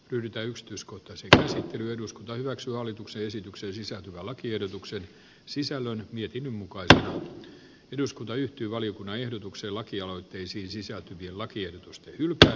yritä yksityiskohtaisen näyttely eduskunta hyväksyy hallituksen esitykseen sisältyvän lakiehdotuksen sisällön niitin mukaan eduskunta yhtyi valiokunnan ehdotuksen lakialoitteisiin sisältyvien lakien yltä